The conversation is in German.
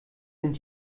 sind